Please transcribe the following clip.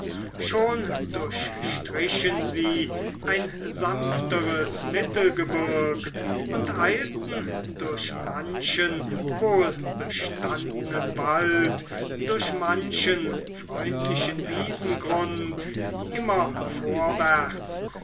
schon durchstrichen sie ein sanfteres mittelgebirg und eilten durch manchen wohlbestandnen wald durch manchen freundlichen wiesengrund immer vorwärts